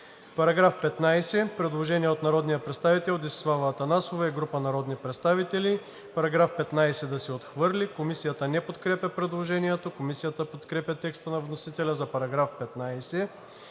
Параграф 9 – предложение от народния представител Десислава Атанасова и група народни представители – параграф 9 да се отхвърли. Комисията не подкрепя предложението. Комисията подкрепя текста на вносителя за § 9.